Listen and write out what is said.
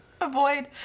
avoid